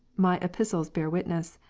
my epistles bear witness.